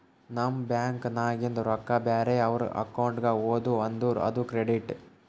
ನಮ್ ಬ್ಯಾಂಕ್ ನಾಗಿಂದ್ ರೊಕ್ಕಾ ಬ್ಯಾರೆ ಅವ್ರ ಅಕೌಂಟ್ಗ ಹೋದು ಅಂದುರ್ ಅದು ಕ್ರೆಡಿಟ್